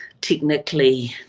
technically